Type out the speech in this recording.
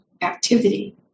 activity